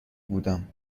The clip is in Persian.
بودم